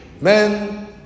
men